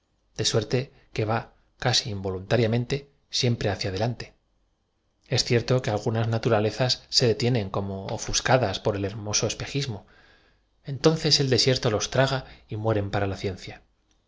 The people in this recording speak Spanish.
de suerte que va casi involunta riamente siempre hacía adelante es cierto que algu ñas naturalezas se detienen como ofuscadas por el hermoso espejismo entonces el desierto los traga y mueren para la ciencia